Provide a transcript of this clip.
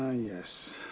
yes.